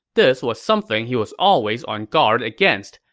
this was something he was always on guard against.